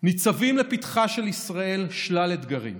ניצבים לפתחה של ישראל שלל אתגרים.